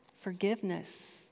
forgiveness